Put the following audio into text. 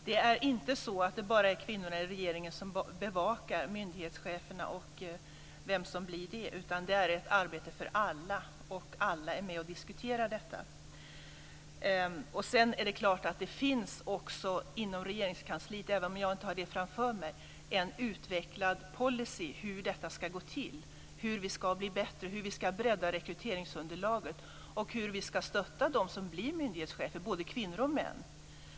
Fru talman! Det är inte så att det bara är kvinnorna i regeringen som bevakar vilka som blir myndighetschefer, utan det är ett arbete för alla. Alla är med och diskuterar detta. Sedan är det klart att det inom Regeringskansliet också finns - även om jag inte har den framför mig - en utvecklad policy för hur detta ska gå till, hur vi ska bli bättre, hur vi ska bredda rekryteringsunderlag och hur vi ska stötta dem som blir myndighetschefer, både kvinnor och män.